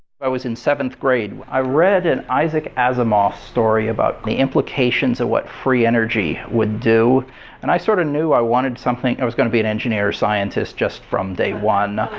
i was in seventh grade. i read and isaac asimov story about the implications of what free energy would do and i sort of knew i wanted something i was going to be an engineer or scientist just from day one,